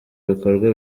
bikorwa